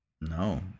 No